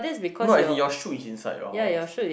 not as in your chute is inside your house